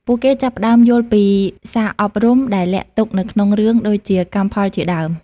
ពួកគេចាប់ផ្តើមយល់ពីសារអប់រំដែលលាក់ទុកនៅក្នុងរឿងដូចជាកម្មផលជាដើម។